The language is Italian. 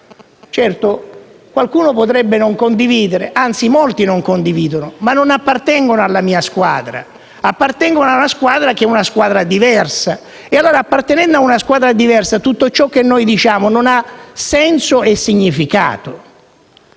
lavoro. Qualcuno potrebbe non condividere, anzi molti non condividono, ma non appartengono alla mia squadra; appartengono a una squadra diversa. Appartenendo a una squadra diversa, per loro tutto ciò che noi diciamo non ha senso e significato.